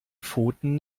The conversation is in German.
pfoten